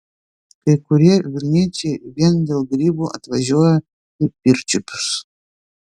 kai kurie vilniečiai vien dėl grybų atvažiuoja į pirčiupius